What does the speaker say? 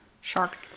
Shark